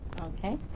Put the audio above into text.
Okay